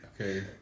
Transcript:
Okay